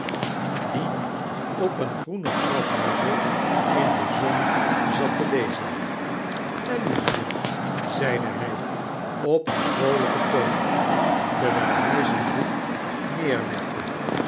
die op een groenen grafheuvel in de zon zat te lezen nelly hier zeide hij op een vroolijken toon terwijl hij zijn boek neerlegde